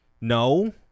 No